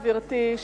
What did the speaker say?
גברתי,